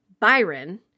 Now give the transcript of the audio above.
Byron